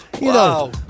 Wow